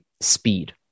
speed